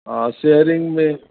हा शेयरिंग में